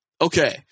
Okay